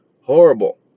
Horrible